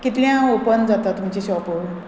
कितल्या ओपन जाता तुमचें शॉप